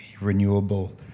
renewable